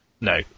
no